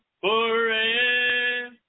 forever